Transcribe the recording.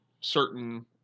certain